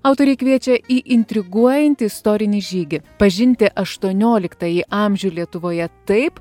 autoriai kviečia į intriguojantį istorinį žygį pažinti aštuonioliktąjį amžių lietuvoje taip